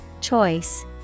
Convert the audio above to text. Choice